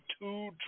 two